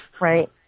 Right